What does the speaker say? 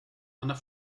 einer